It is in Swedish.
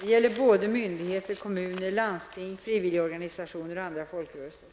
Det gäller både myndigheter, kommuner och landsting samt frivilligorganisationer och andra folkrörelser.